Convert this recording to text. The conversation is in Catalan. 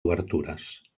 obertures